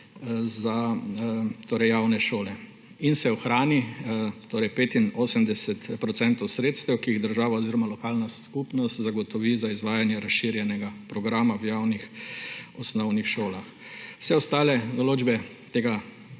za javne šole, in se ohrani 85 % sredstev, ki jih država oziroma lokalna skupnost zagotovi za izvajanje razširjenega programa v javnih osnovnih šolah. Vse ostale določbe tega